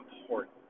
important